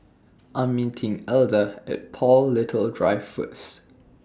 I Am meeting Elda At Paul Little Drive First